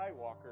Skywalker